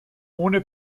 ohne